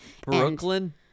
Brooklyn